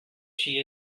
she